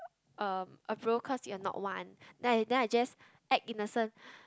uh a bro cause you are not one then I then I just act innocent